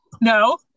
No